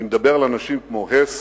אני מדבר על אנשים כמו הס,